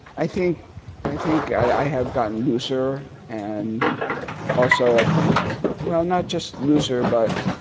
i think and i think i have gotten looser and also at well not just looser but